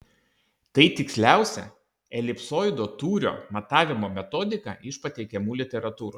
tai tiksliausia elipsoido tūrio matavimo metodika iš pateikiamų literatūroje